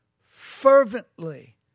fervently